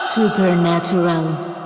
Supernatural